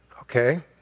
Okay